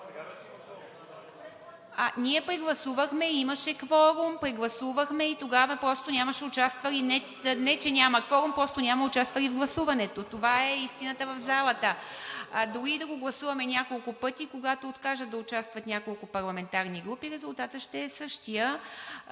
Ние го прегласувахме и имаше кворум. Прегласувахме го и не че няма кворум, а просто няма участвали в гласуването. Това е истината в залата! Дори и да го гласуваме няколко пъти, когато откажат да участват няколко парламентарни групи, резултатът ще е същият.